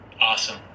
Awesome